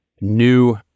new